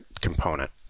component